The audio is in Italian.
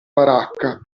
baracca